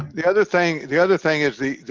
the other thing the other thing is the